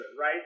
right